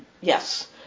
yes